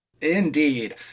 Indeed